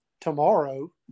tomorrow